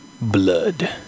blood